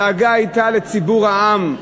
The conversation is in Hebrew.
הדאגה הייתה לציבור, לעם.